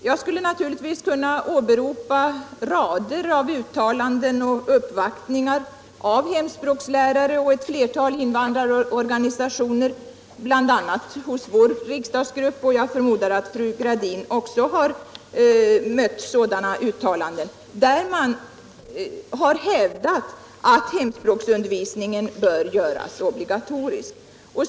Jag skulle naturligtvis kunna åberopa rader av uttalanden och uppvaktningar av hemspråkslärare och ett flertal invandrarorganisationer, bl.a. hos vår riksdagsgrupp — jag förmodar att också fru Gradin har fått höra sådana uttalanden — där man har hävdat att hemspråksundervisningen bör göras obligatorisk.